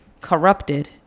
corrupted